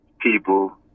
people